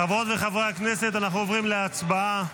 חברות וחברי הכנסת, אנחנו עוברים להצבעה.